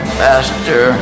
faster